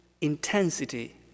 intensity